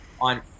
on